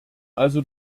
also